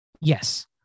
Yes